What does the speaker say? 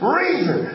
reason